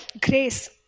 grace